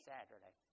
Saturday